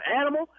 animal